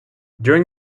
during